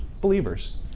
believers